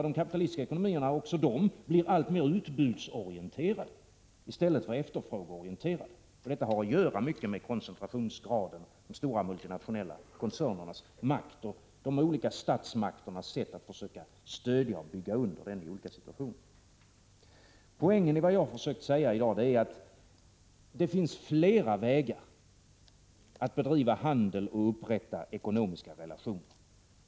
De kapitalistiska ekonomierna blir också de alltmer utbudsorienterade i stället för efterfrågeorienterade, därför att detta har mycket att göra med koncentrationsgraden, de stora multinationella koncernernas makt och de olika statsmakternas sätt att försöka stödja och bygga under den i olika situationer. Poängen i vad jag försökt säga är att det finns flera vägar att bedriva handel och upprätta ekonomiska relationer.